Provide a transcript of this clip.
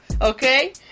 Okay